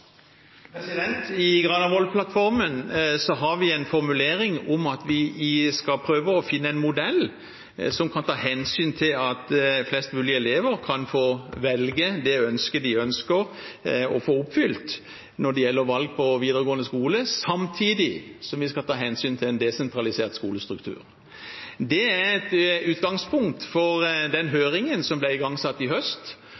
har vi en formulering om at vi skal prøve å finne en modell som kan ta hensyn til at flest mulige elever kan få ønsket sitt oppfylt når det gjelder valg av videregående skole, samtidig som vi skal ta hensyn til en desentralisert skolestruktur. Det er et utgangspunkt for den høringen som ble igangsatt i høst,